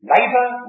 Labour